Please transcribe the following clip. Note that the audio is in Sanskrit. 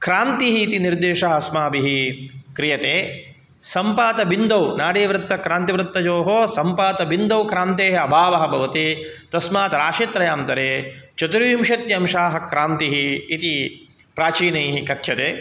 क्रान्तिः इति निर्देशः अस्माभिः क्रियते सम्पातबिन्दौ नाडीवृत्तक्रान्तिवृत्तयोः सम्पातबिन्दौ क्रान्तेः अभावः भवति तस्मात् राशित्रयान्तरे चतुर्विंशत्यंशाः क्रान्तिः इति प्राचीनैः कथ्यते